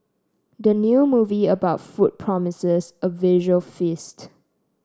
the new movie about food promises a visual feast